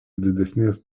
didesnės